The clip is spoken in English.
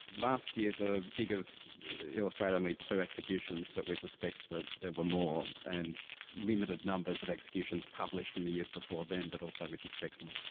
last year the figures illustrate only two executions but we suspect that there were more, and limited numbers of executions published in the years before them but also we suspect more.